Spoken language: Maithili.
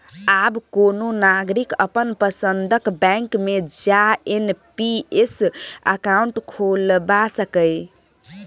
आब कोनो नागरिक अपन पसंदक बैंक मे जा एन.पी.एस अकाउंट खोलबा सकैए